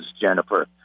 Jennifer